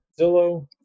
Zillow